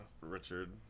Richard